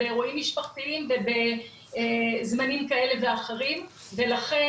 באירועים משפחתיים או בזמנים כאלה ואחרים ולכן